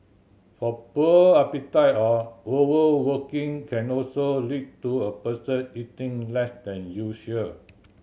a poor appetite or overworking can also lead to a person eating less than usual